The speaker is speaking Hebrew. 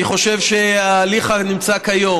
אני חושב שההליך הקיים כיום,